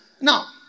Now